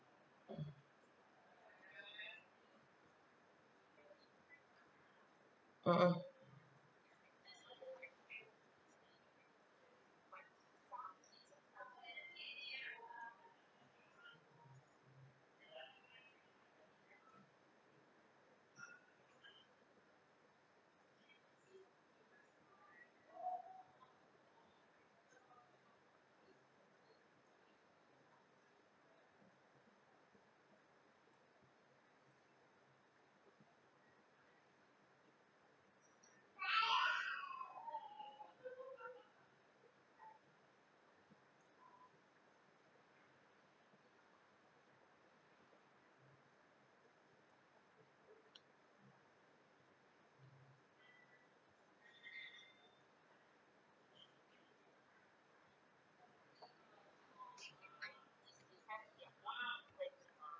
mm mm